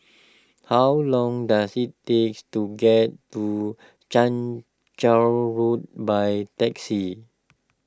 how long does it takes to get to Chang Charn Road by taxi